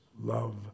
love